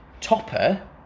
Topper